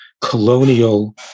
colonial